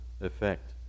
effect